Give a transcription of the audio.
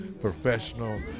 professional